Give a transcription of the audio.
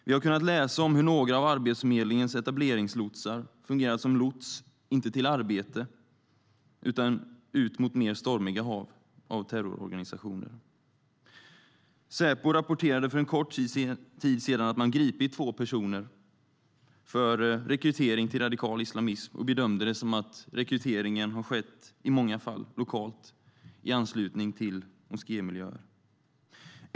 Vi har kunnat läsa om hur några av Arbetsförmedlingens etableringslotsar inte fungerat som lotsar till arbete utan ut mot mer stormiga hav av terrororganisationer. Säpo rapporterade för en kort tid sedan att man gripit två personer för rekrytering till radikal islamism och bedömde det som att rekryteringen i många fall skett lokalt i anslutning till moskémiljöer.